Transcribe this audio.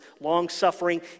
long-suffering